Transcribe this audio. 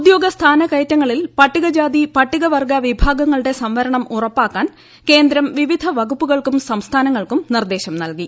ഉദ്യോഗ സ്ഥാനക്കയറ്റങ്ങളിൽ പട്ടികജാതി പട്ടികവർഗ വിഭാഗങ്ങളുടെ സംവരണം ഉറപ്പാക്കാൻ കേന്ദ്രം വിവിധ വകുപ്പുകൾക്കും സംസ്ഥാനങ്ങൾക്കും നിർദ്ദേശം നൽകി